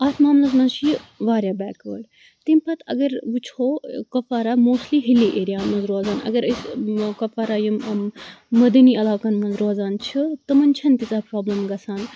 اَتھ معاملس منٛز چھُ یہِ وارِیاہ بیک وٲڈ تمہِ پَتہِ اَگَر وُچھو کپوارا موسٹلی ہِلی ایریا منٛز روزان اَگَر أسۍ کُپوارا یِم مٲدٲنی عَلاقَن منٛز یِم روزان چھِ تمَن چھنہٕ تِیژہ پرابلَم گَژھان